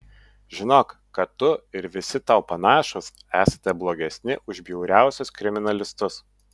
žinok kad tu ir visi tau panašūs esate blogesni už bjauriausius kriminalistus